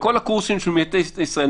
בכל הקורסים של משטרת ישראל,